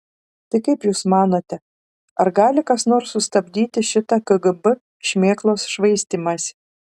tai kaip jūs manote ar gali kas nors sustabdyti šitą kgb šmėklos švaistymąsi